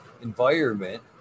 environment